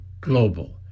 global